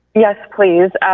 yes please.